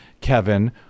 Kevin